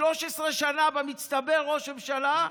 13 שנה במצטבר הוא ראש ממשלה,